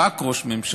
רק ראש ממשלה,